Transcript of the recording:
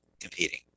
competing